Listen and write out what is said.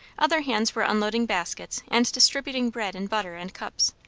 other hands were unloading baskets and distributing bread and butter and cups,